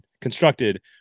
constructed